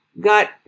got